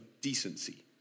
decency